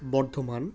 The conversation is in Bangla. বর্ধমান